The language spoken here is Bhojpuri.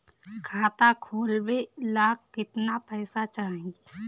खाता खोलबे ला कितना पैसा चाही?